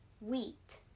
wheat